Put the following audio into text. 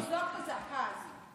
מישהו צריך לזעוק את הזעקה הזאת.